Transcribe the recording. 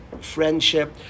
friendship